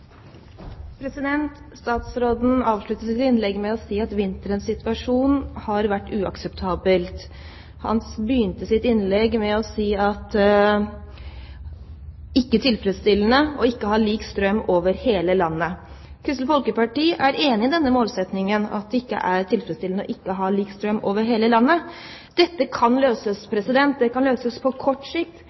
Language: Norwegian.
Statsråden avsluttet sitt innlegg med å si at vinterens situasjon har vært «uakseptabel». Han begynte sitt innlegg med å si at det ikke var tilfredsstillende å ikke ha lik strømpris over hele landet. Kristelig Folkeparti er enig i at det ikke er tilfredsstillende å ikke ha lik strømpris over hele landet. Dette kan løses. Det kan løses på kort sikt.